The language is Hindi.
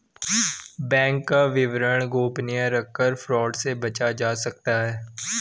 बैंक का विवरण गोपनीय रखकर फ्रॉड से बचा जा सकता है